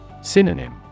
Synonym